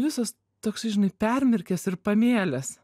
visas toksai žinai permirkęs ir pamėlęs